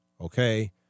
okay